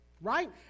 Right